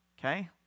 Okay